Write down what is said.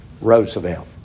Roosevelt